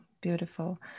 Beautiful